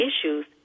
issues